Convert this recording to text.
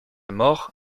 mort